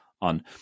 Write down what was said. on